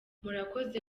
murakoze